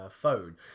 phone